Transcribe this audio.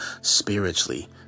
Spiritually